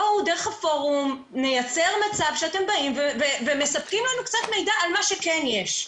בואו דרך הפורום נייצר מצב שאתם מספקים לנו קצת מידע על מה שכן יש.